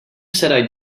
said